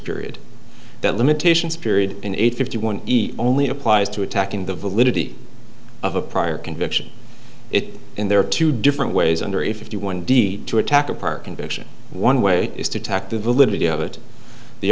period that limitations period in a fifty one only applies to attacking the validity of a prior conviction it in there are two different ways under a fifty one deed to attack a park conviction one way is to attack the validity of it the